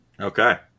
Okay